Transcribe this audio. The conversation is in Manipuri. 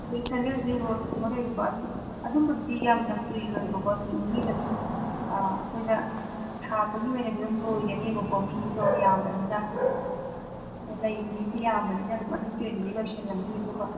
ꯑꯗꯒꯤ ꯔꯣꯁꯀꯨꯝꯕ ꯀꯩꯒꯨꯝꯕ ꯑꯗꯨꯝ ꯑꯗꯨꯝꯕꯗꯨꯗꯤ ꯌꯥꯝꯅ ꯀꯨꯏꯔꯣꯏꯕꯀꯣ ꯅꯨꯃꯤꯠ ꯅꯤꯅꯤꯗ ꯑꯗꯨꯝ ꯑꯩꯈꯣꯏꯅ ꯑꯣꯏꯅꯗꯤ ꯑꯗꯨꯝ ꯂꯣꯏꯒꯅꯦꯕꯀꯣ ꯃꯤꯗꯣ ꯌꯥꯝꯕꯅꯤꯅ ꯂꯩꯔꯤꯕ ꯃꯤꯁꯤ ꯌꯥꯝꯕꯅꯤꯅ ꯑꯗꯨꯝ ꯑꯗꯨꯒꯤ ꯑꯣꯏꯅꯗꯤ ꯂꯣꯏꯁꯤꯜꯂꯅꯤ ꯑꯗꯨꯒ